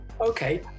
Okay